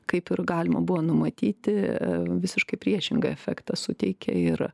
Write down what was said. kaip ir galima buvo numatyti visiškai priešingą efektą suteikė ir